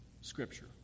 Scripture